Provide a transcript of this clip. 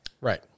Right